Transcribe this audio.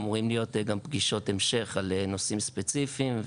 אמורים להיות גם פגישות המשך על נושאים ספציפיים.